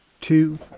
two